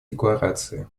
декларации